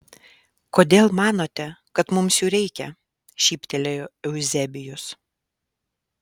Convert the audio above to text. kodėl manote kad mums jų reikia šyptelėjo euzebijus